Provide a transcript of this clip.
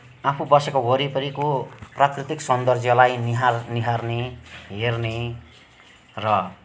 आफू बसेको वरिपरिको प्राकृतिक सौन्दर्यलाई निहाल निहार्ने हेर्ने र